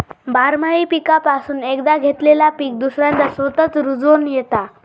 बारमाही पीकापासून एकदा घेतलेला पीक दुसऱ्यांदा स्वतःच रूजोन येता